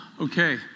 Okay